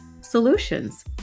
solutions